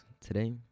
today